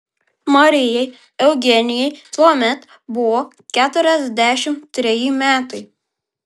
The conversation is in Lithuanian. marijai eugenijai tuomet buvo keturiasdešimt treji metai